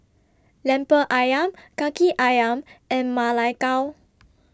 Lemper Ayam Kaki Ayam and Ma Lai Gao